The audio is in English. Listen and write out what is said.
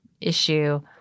issue